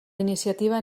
iniciativa